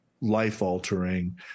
life-altering